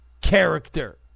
character